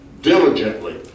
diligently